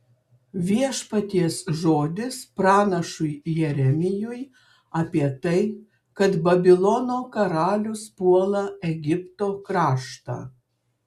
viešpaties žodis pranašui jeremijui apie tai kad babilono karalius puola egipto kraštą